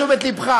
לתשומת לך,